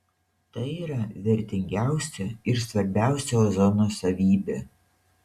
tai yra vertingiausia ir svarbiausia ozono savybė